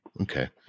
okay